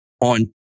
on